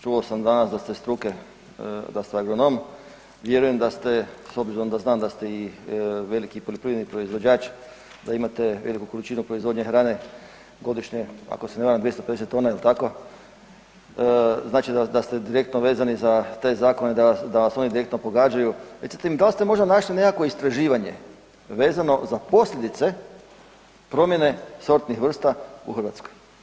Čuo sam danas da ste struke, da ste agronom, vjerujem da ste, s obzirom da znam da ste i veliki poljoprivredni proizvođač, da imate veliku količinu proizvodnje hrane, godišnje ako se ne varam, 250 tona, jel tako, znači da ste direktno vezani za te zakone da vas oni direktno pogađaju, recite mi dal ste možda našli nekakvo istraživanje vezano za posljedice promjene sortnih vrsta u Hrvatskoj?